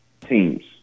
teams